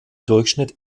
durchschnitt